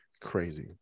crazy